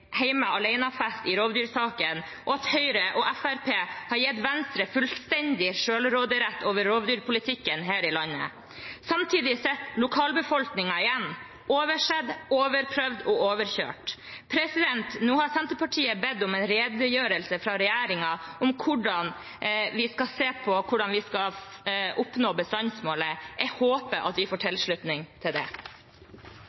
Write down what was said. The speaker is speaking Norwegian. en kontinuerlig hjemme-alene-fest i rovdyrsaken, og at Høyre og Fremskrittspartiet har gitt Venstre fullstendig selvråderett over rovdyrpolitikken her i landet. Samtidig sitter lokalbefolkningen igjen – oversett, overprøvd og overkjørt. Nå har Senterpartiet bedt om en redegjørelse fra regjeringen om hvordan vi skal oppnå bestandsmålet. Jeg håper at vi får tilslutning til